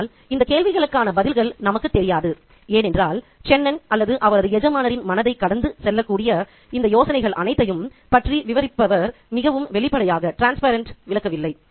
ஆனால் இந்த கேள்விகளுக்கான பதில்கள் நமக்கு தெரியாது ஏனென்றால் சென்னன் அல்லது அவரது எஜமானரின் மனதைக் கடந்து செல்லக்கூடிய இந்த யோசனைகள் அனைத்தையும் பற்றி விவரிப்பவர் மிகவும் வெளிப்படையாக விளக்கவில்லை